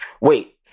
Wait